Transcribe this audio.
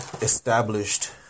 established